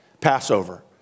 Passover